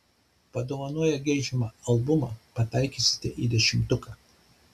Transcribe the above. padovanoję geidžiamą albumą pataikysite į dešimtuką